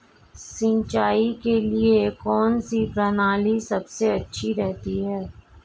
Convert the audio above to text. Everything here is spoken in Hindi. सिंचाई के लिए कौनसी प्रणाली सबसे अच्छी रहती है?